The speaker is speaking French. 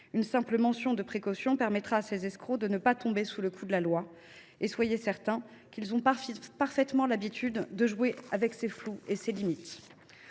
Une simple mention de précaution permettra à ces escrocs de ne pas tomber sous le coup de la loi et, soyez en certains, ils ont parfaitement l’habitude de jouer avec les flous et les limites